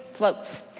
floats,